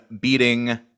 beating